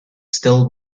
still